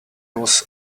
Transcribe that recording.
was